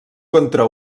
contra